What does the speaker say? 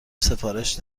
سفارش